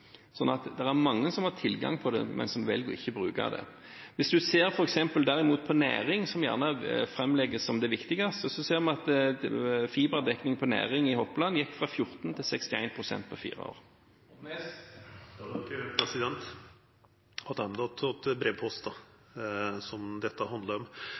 er mange som har tilgang på det, men som velger ikke å bruke det. Hvis man derimot ser f.eks. på næring, som gjerne framlegges som det viktigste, gikk fiberdekning på næring … fra 14 pst. til 61 pst. på fire år. Attende til brevpost, som dette handlar om: